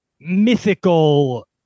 mythical